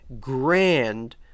grand